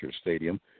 Stadium